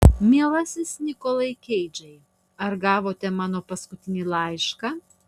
mielasis nikolai keidžai ar gavote mano paskutinį laišką